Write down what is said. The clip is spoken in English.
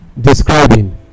Describing